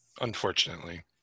Unfortunately